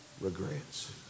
regrets